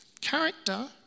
Character